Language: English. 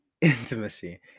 intimacy